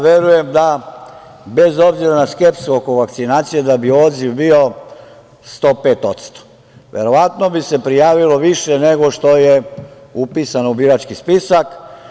Verujem da bez obzira na skepsu oko vakcinacije da bi odziv bio 105 posto, verovatno bi se prijavilo više nego što je upisano u birački spisak.